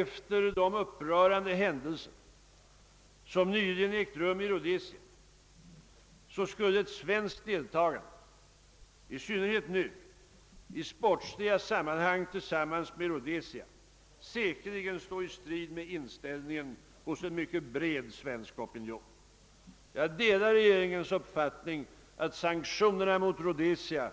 Efter de upprörande händelser som nyligen ägt rum i Rhodesia skulle ett svenskt deltagande i sportsliga sammanhang tillsammans med Rhodesia säkerligen stå i strid med inställningen hos en mycket bred svensk opinion. Jag delar regeringens uppfattning att sanktionerna mot Rhodesia